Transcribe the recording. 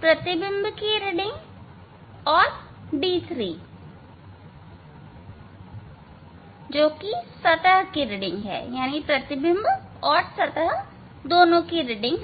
प्रतिबिंब के लिए रीडिंग तथा d3 लेंगे जोकि सतह की रीडिंग है